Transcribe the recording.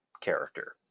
character